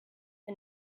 and